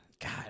God